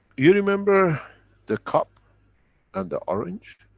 you remember the cup and the orange?